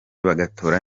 bagatora